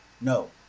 No